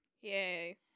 Yay